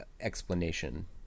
explanation